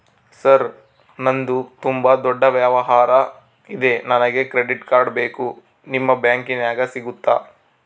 Sir ನಂದು ತುಂಬಾ ದೊಡ್ಡ ವ್ಯವಹಾರ ಇದೆ ನನಗೆ ಕ್ರೆಡಿಟ್ ಕಾರ್ಡ್ ಬೇಕು ನಿಮ್ಮ ಬ್ಯಾಂಕಿನ್ಯಾಗ ಸಿಗುತ್ತಾ?